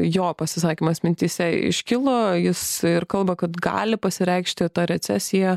jo pasisakymas mintyse iškilo jis ir kalba kad gali pasireikšti ta recesija